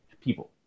people